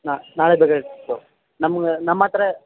ನಾ ನಾಳೆ ಬೇಕಾಗಿತ್ತು ನಮಗೆ ನಮ್ಮ ಹತ್ರ